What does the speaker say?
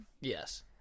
Yes